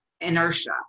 inertia